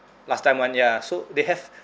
last time [one] ya so they have